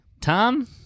Tom